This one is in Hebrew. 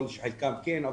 יכול להיות שחלקם כן,